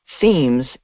themes